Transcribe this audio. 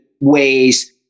ways